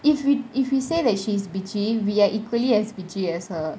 if we if we say that she's bitchy we're equally as bitchy as her